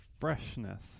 freshness